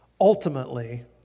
Ultimately